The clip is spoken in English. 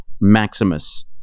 Maximus